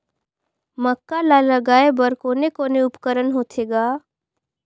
मक्का ला लगाय बर कोने कोने उपकरण होथे ग?